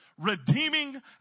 redeeming